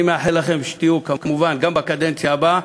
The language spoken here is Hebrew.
אני מאחל לכם שתהיו כמובן גם בקדנציה הבאה,